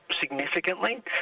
significantly